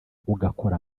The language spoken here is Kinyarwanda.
ugakora